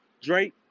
Drake